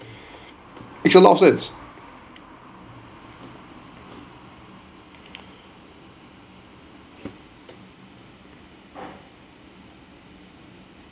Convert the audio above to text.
it's a lot of sense